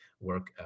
work